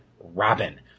Robin